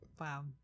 Wow